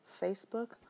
Facebook